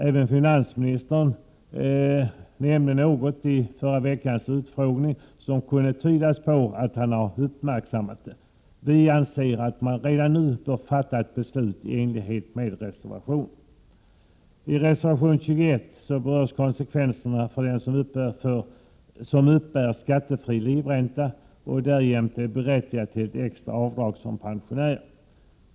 Även finansministern nämnde något i förra veckans utfrågning som kunde tyda på att han uppmärksammat detta problem. Vi anser att man redan nu bör fatta ett beslut i enlighet med reservationens förslag. I reservation 21 berörs konsekvenserna för den som uppbär skattefri livränta och därjämte är berättigad till extra avdrag som pensionär.